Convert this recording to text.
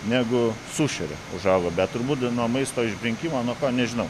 negu sušeria užauga bet turbūt nuo maisto išbrinkimo nuo ko nežinau